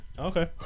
Okay